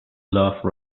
love